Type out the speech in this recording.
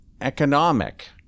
economic